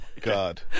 God